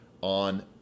on